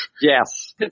Yes